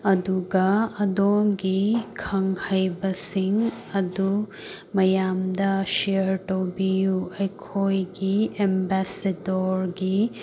ꯑꯗꯨꯒ ꯑꯗꯣꯝꯒꯤ ꯈꯪꯍꯩꯕꯁꯤꯡ ꯑꯗꯨ ꯃꯌꯥꯝꯗ ꯁꯤꯌꯔ ꯇꯧꯕꯤꯌꯨ ꯑꯩꯈꯣꯏꯒꯤ ꯑꯦꯝꯕꯦꯁꯦꯗꯔꯒꯤ